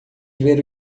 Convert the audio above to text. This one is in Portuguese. ver